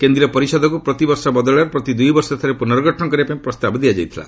କେନ୍ଦ୍ରୀୟ ପରିଷଦକୁ ପ୍ରତିବର୍ଷ ବଦଳରେ ପ୍ରତି ଦୁଇବର୍ଷରେ ଥରେ ପୁର୍ନଗଠନ କରିବା ପାଇଁ ପ୍ରସ୍ତାବ ଦିଆଯାଇଛି